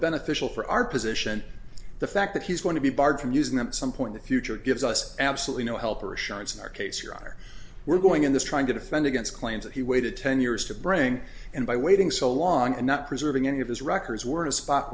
beneficial for our position the fact that he's going to be barred from using them some point the future gives us absolutely no help or assurance in our case your honor we're going in this trying to defend against claims that he waited ten years to bring in by waiting so long and not preserving any of his records were in a spot